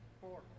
Four